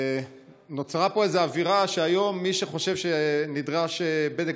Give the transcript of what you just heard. נוצרה פה איזו אווירה שהיום מי שחושב שנדרש בדק